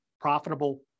profitable